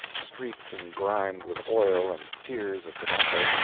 streaked and grimed with oil and tears of tobacco,